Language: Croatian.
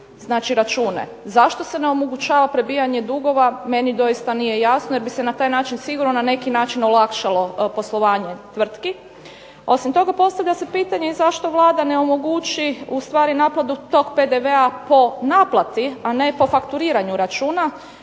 znači račune. Zašto se ne omogućava prebijanje dugova meni doista nije jasno, jer bi se na taj način sigurno na neki način olakšalo poslovanje tvrtki. Osim toga, postavlja se pitanje zašto Vlada ne omogući u stvari naplatu tog PDV-a po naplati, a ne po fakturiranju računa.